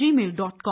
gmail.com